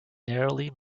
narrowly